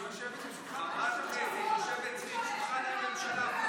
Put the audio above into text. חברת הכנסת יושבת ליד שולחן הממשלה.